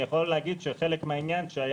אני יכול להגיד שחלק מהעניין היה